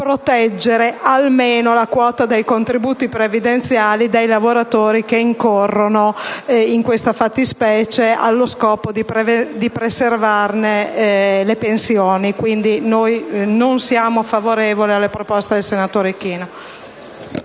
proteggere almeno la quota dei contributi previdenziali dei lavoratori che incorrono in questa fattispecie allo scopo di preservarne le pensioni. Quindi, noi non siamo favorevoli alla proposta del senatore Ichino.